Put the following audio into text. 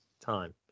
time